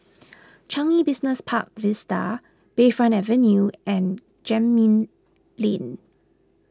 Changi Business Park Vista Bayfront Avenue and Gemmill Lane